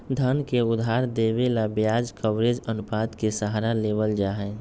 धन के उधार देवे ला ब्याज कवरेज अनुपात के सहारा लेवल जाहई